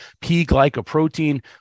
P-glycoprotein